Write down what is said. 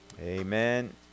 amen